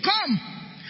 Come